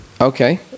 Okay